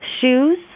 Shoes